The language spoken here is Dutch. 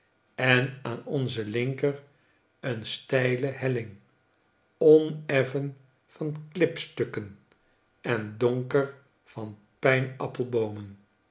en aan onze linker een steile helling oneffen van klipstukken en donker van